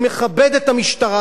אני מכבד את המשטרה,